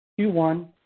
Q1